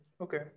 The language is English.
Okay